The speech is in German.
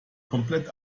komplett